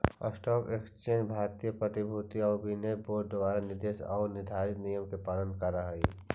stock exchange भारतीय प्रतिभूति आउ विनिमय बोर्ड द्वारा निर्देशित आऊ निर्धारित नियम के पालन करऽ हइ